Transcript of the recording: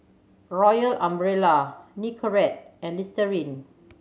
Royal Umbrella Nicorette and Listerine